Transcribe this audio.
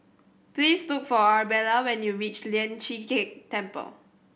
please look for Arabella when you reach Lian Chee Kek Temple